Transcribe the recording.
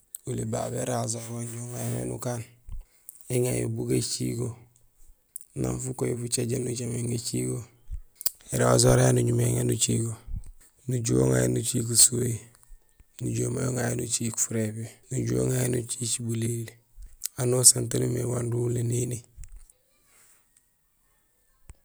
Oli babé é rasoir wanja uŋa yo mé nukaan; éŋa yo bu gacigo; nang fukoyi fucajéén, nucaméén gacigo, é rasoir yayu nuñumé éŋa nucigo; nujuhé uŋa yo nuciik usuwéhi, nujuhé may uŋa yo nuciik furépi, nujuhé nuciik bulili; taan nusaan taan umimé waal uwu nénini.